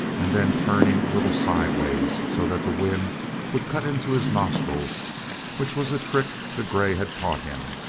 and then turning a little sidewise so that the wind would cut into his nostrils which was a trick the grey had taught him.